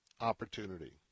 opportunity